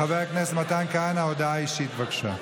חבר הכנסת מתן כהנא, הודעה אישית, בבקשה.